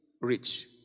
rich